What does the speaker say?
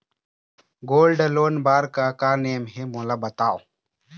Gold loan बार का का नेम हे, मोला बताव?